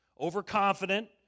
Overconfident